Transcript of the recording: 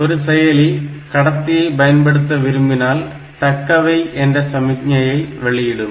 ஒரு செயலி கடத்தியை பயன்படுத்த விரும்பினால் தக்கவை என்ற சமிக்ஞையை வெளியிடும்